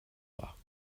fox